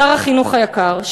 שר החינוך היקר,